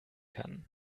kann